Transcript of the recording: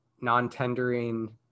non-tendering